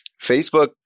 Facebook